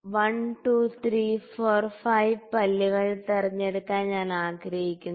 1 2 3 4 5 പല്ലുകൾ തിരഞ്ഞെടുക്കാൻ ഞാൻ ആഗ്രഹിക്കുന്നു